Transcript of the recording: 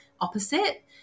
opposite